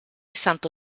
santo